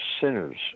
sinners